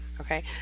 Okay